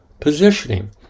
positioning